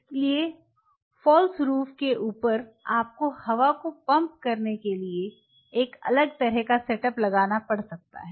इसलिए false roof के ऊपर आपको हवा को पंप करने लिए एक अलग तरह का सेटअप लगाना पड़ सकता है